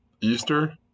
Easter